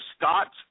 Scott